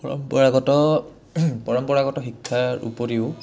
পৰম্পৰাগত পৰম্পৰাগত শিক্ষাৰ উপৰিও